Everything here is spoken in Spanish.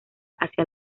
hacia